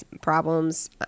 problems